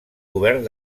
govern